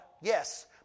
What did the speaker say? yes